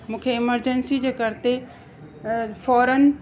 मूंखे एमरजेंसी जे करते फ़ौरन